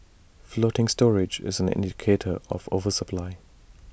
floating storage is an indicator of oversupply